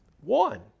One